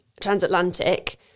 transatlantic